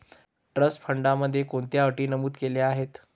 Trust फंडामध्ये कोणत्या अटी नमूद केल्या आहेत?